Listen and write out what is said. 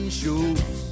shows